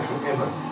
forever